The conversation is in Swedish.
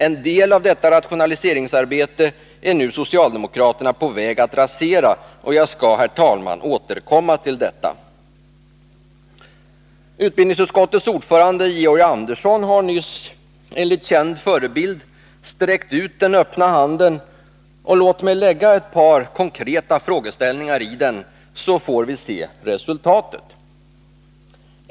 En del av detta rationaliseringsarbete är nu socialdemokraterna på väg att rasera, och jag skall, herr talman, återkomma till detta. Utbildningsutskottets ordförande Georg Andersson har nyss enligt känd förebild sträckt ut den öppna handen. Låt mig lägga ett par konkreta frågeställningar i den, så får vi se resultatet.